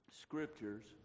scriptures